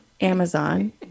amazon